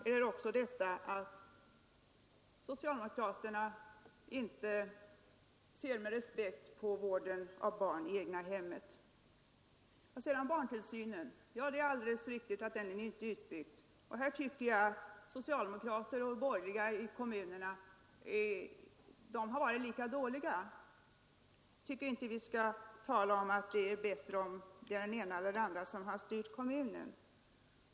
Eller är det så att socialdemokraterna inte ser med respekt på vården av eget barn i hemmet? Det är alldeles riktigt att barntillsynen inte är utbyggd. Jag tycker att socialdemokrater och borgerliga i kommunerna på den punkten varit lika dåliga. Jag tycker inte vi skall tala om att det är bättre där den ena eller andra har styrt kommunen.